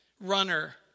runner